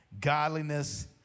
Godliness